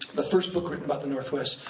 the first book written about the northwest,